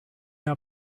are